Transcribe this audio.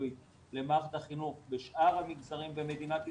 הבדואית למערכת החינוך בשאר המגזרים במדינת ישראל,